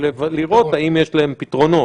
לראות האם יש להם פתרונות.